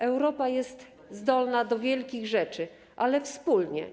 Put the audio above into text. Europa jest zdolna do wielkich rzeczy, ale wspólnie.